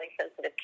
sensitive